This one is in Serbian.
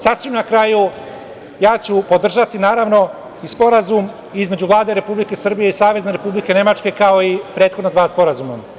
Sasvim na kraju, ja ću podržati naravno i Sporazum između Vlade Republike Srbije i Savezne Republike Nemačke kao i prethodna dva sporazuma.